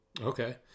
okay